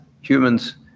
humans